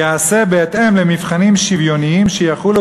ייעשה בהתאם למבחנים שוויוניים שיחולו